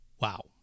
wow